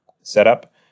setup